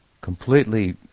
completely